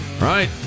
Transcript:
Right